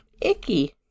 Icky